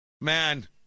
Man